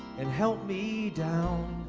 and help me down